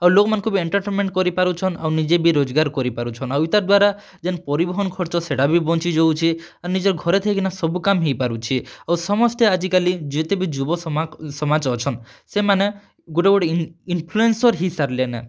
ଆଉ ଲୋକ୍ମାନ୍ଙ୍କୁ ବି ଏଣ୍ଟର୍ଟେଣ୍ଟମେଣ୍ଟ୍ କରିପାରୁଛନ୍ ଆଉ ନିଜେ ବି ରୋଜଗାର୍ କରିପାରୁଛନ୍ ଆଉ ଇତାର୍ ଦ୍ୱାରା ଯେନ୍ ପରିବହନ୍ ଖର୍ଚ୍ଚ ସେଟା ବି ବଞ୍ଚି ଯାଉଛି ଆଉ ନିଜର୍ ଘରେ ଥାଇକିନା ସବୁ କାମ ହେଇପାରୁଛି ଆଉ ସମସ୍ତେ ଆଜି କାଲି ଯେତେ ବି ଯୁବ ସମାଜ୍ ସମାଜ ଅଛନ୍ ସେମାନେ ଗୋଟେ ଗୋଟେ ଇନ୍ଫ୍ଲୁଏନ୍ସର୍ ହେଇ ସାର୍ଲେନ